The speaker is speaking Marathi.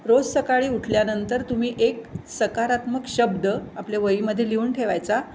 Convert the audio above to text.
रोज सकाळी उठल्यानंतर तुम्ही एक सकारात्मक शब्द आपल्या वहीमध्ये लिहून ठेवायचा